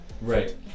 Right